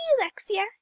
alexia